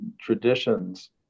traditions